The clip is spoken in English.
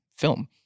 film